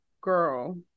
girl